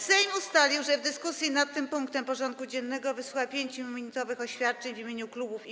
Sejm ustalił, że w dyskusji nad tym punktem porządku dziennego wysłucha 5-minutowych oświadczeń w imieniu klubów i kół.